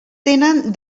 tenen